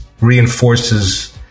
reinforces